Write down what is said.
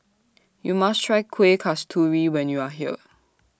YOU must Try Kueh Kasturi when YOU Are here